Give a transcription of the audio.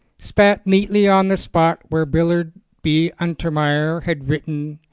spat neatly on the spot where willard b. untermeyer had written,